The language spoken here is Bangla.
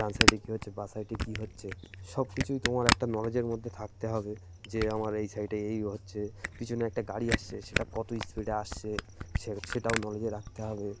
ডান সাইডে কী হচ্ছে বা সাইডে কী হচ্ছে সব কিছুই তোমার একটা নলেজের মধ্যে থাকতে হবে যে আমার এই সাইডে এই হচ্ছে পিছনে একটা গাড়ি আসছে সেটা কত স্পিডে আসছে সে সেটাও নলেজে রাখতে হবে